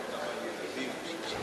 מדברים גם על ילדים.